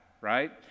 right